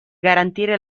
garantire